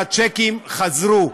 והשיקים חזרו.